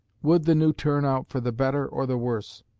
would the new turn out for the better or the worse?